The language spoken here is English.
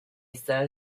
serve